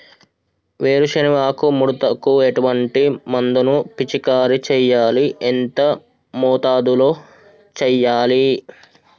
వేరుశెనగ ఆకు ముడతకు ఎటువంటి మందును పిచికారీ చెయ్యాలి? ఎంత మోతాదులో చెయ్యాలి?